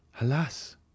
Alas